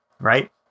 right